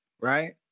right